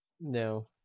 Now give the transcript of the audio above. No